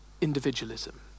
individualism